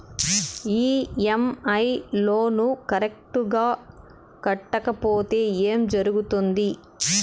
EMI loan correct గా కట్టకపోతే ఏం జరుగుతుంది